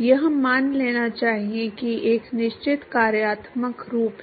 यह मान लेना चाहिए कि एक निश्चित कार्यात्मक रूप है